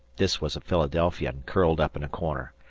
this was a philadelphian, curled up in a corner.